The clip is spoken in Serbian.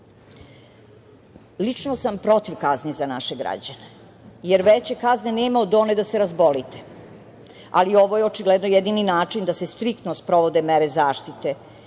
lica. Lično sam protiv kazni za naše građane, jer veće kazne nema od one da se razbolite, ali ovo je očigledno jedini način da se striktno sprovode mere zaštite